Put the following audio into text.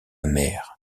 mer